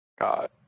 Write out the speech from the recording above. God